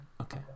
okay